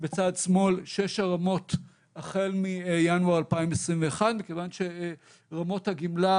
ובצד שמאל שש הרמות החל מינואר 2021 מכיוון שרמות הגמלה